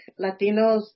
Latinos